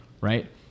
Right